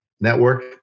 Network